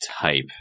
type